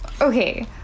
okay